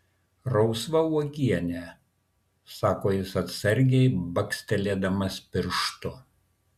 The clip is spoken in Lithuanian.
rausva uogienė sako jis atsargiai bakstelėdamas pirštu